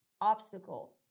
obstacle